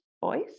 voice